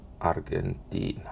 Argentina